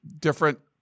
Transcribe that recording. different